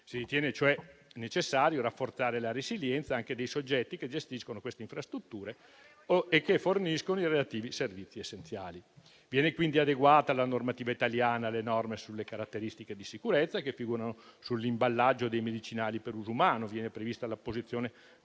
Si ritiene, cioè, necessario rafforzare la resilienza anche dei soggetti che gestiscono queste infrastrutture e che forniscono i relativi servizi essenziali. Vengono quindi adeguate alla normativa italiana le norme sulle caratteristiche di sicurezza che figurano sull'imballaggio dei medicinali per uso umano. Viene prevista l'apposizione